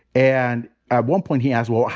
and at one point he asks, well,